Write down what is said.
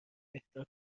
اهدا